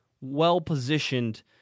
well-positioned